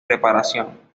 preparación